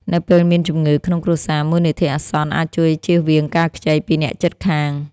នៅពេលមានជំងឺក្នុងគ្រួសារ មូលនិធិអាសន្នអាចជួយជៀសវាងការខ្ចីពីអ្នកជិតខាង។